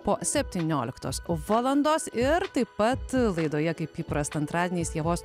po septynioliktos valandos ir taip pat laidoje kaip įprasta antradieniais ievos